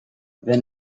the